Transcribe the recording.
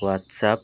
Whats up